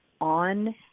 on